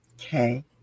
okay